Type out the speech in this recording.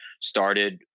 started